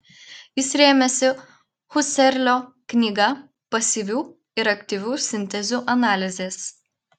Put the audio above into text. jis rėmėsi husserlio knyga pasyvių ir aktyvių sintezių analizės